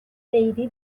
عیدی